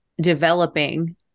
developing